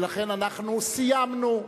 ולכן, אנחנו סיימנו.